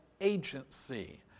agency